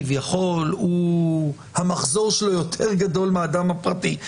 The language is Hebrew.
כביכול המחזור שלו יותר גדול מהאדם הפרטי,